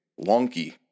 wonky